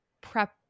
prep